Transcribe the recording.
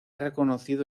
reconocido